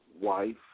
wife